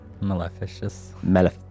Maleficious